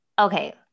okay